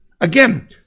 Again